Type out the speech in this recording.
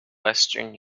western